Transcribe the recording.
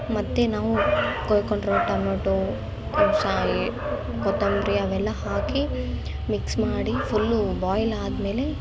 ಮತ್ತು ನಾವು ಕೊಯ್ಕೊಂಡ್ರೂ ಟಮೆಟೋ ಕೊಸಾಯಿ ಕೊತ್ತಂಬರಿ ಅವೆಲ್ಲ ಹಾಕಿ ಮಿಕ್ಸ್ ಮಾಡಿ ಫುಲ್ಲು ಬಾಯ್ಲ್ ಆದಮೇಲೆ